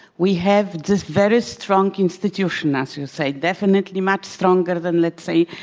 we have this very strong institution, as you said definitely much stronger than, let's say,